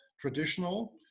traditional